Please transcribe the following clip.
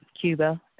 Cuba